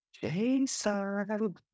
Jason